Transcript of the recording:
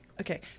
okay